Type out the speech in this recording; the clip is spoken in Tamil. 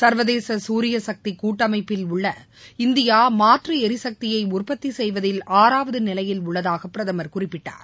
சர்வதேச சூரியசக்தி கூட்டமைப்பில் உள்ள இந்தியா மாற்று எரிசக்தியை உற்பத்தி செய்வதில் ஆறாவது நிலையில் உள்ளதாக பிரதமர் குறிப்பிட்டார்